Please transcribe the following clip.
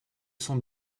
sont